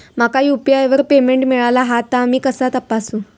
माका यू.पी.आय वर पेमेंट मिळाला हा ता मी कसा तपासू?